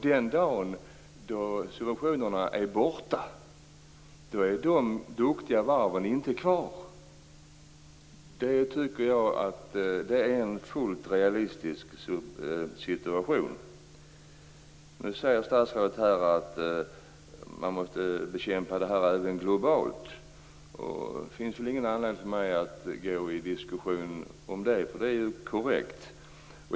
Den dag då subventionerna är borta är de duktiga varven inte kvar. Det är en fullt realistisk situation. Statsrådet säger nu att man måste bekämpa detta även globalt. Det finns ingen anledning för mig att gå in i en diskussion om det. Det är korrekt.